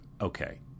okay